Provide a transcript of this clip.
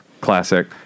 classic